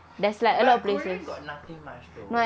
but korean got nothing much though